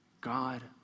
God